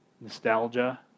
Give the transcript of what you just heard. Nostalgia